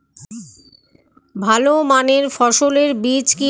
ভালো মানের ফসলের বীজ কি অনলাইনে পাওয়া কেনা যেতে পারে?